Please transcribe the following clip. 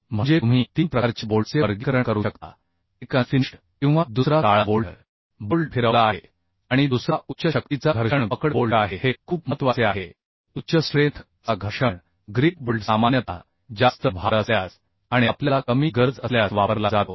म्हणजे तुम्ही तीन प्रकारच्या बोल्टचे वर्गीकरण करू शकता एक अन फिनिश्ड किंवा दुसरा काळा बोल्ट बोल्ट फिरवला आहे आणि दुसरा उच्च शक्तीचा घर्षण पकड बोल्ट आहे हे खूप महत्वाचे आहे उच्च स्ट्रेंथ चा घर्षण ग्रिप बोल्ट सामान्यतः जास्त भार असल्यास आणि आपल्याला कमी गरज असल्यास वापरला जातो